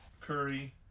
Curry